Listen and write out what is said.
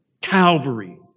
Calvary